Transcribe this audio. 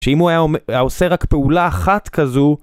שאם הוא היה אומ..עושה רק פעולה אחת כזו...